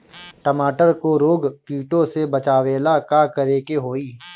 टमाटर को रोग कीटो से बचावेला का करेके होई?